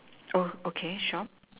oh okay sure